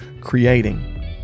creating